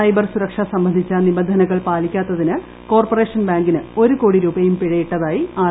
cyber സുരക്ഷ സംബന്ധിച്ച നിബന്ധനകൾ പാലിക്കാത്തതിന് കോർപ്പറേഷൻ ബാങ്കിന് ഒരു കോടി രൂപയും പിഴയിട്ടതായി ആർ